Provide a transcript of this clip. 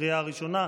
קריאה ראשונה.